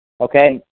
Okay